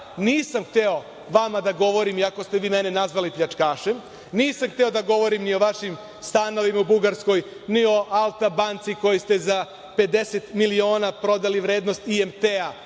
nisam hteo vama da govorim, iako ste vi mene nazvali pljačkašem i nisam hteo da govorim o vašim stavnovima u Bugarskoj, ni o Alta banci koju ste za 50 miliona prodali vrednosti IMT,